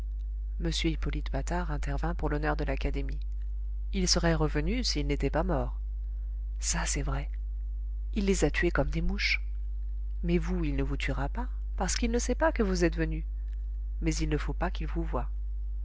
m hippolyte patard intervint pour l'honneur de l'académie ils seraient revenus s'ils n'étaient pas morts ça c'est vrai il les a tués comme des mouches mais vous il ne vous tuera pas parce qu'il ne sait pas que vous êtes venus mais il ne faut pas qu'il vous voie